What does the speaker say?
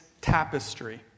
tapestry